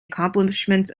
accomplishments